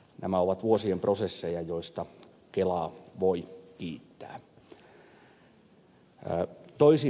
nämä ovat vuosien prosesseja joista kelaa voi kiittää